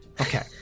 Okay